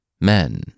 Men